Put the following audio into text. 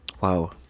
Wow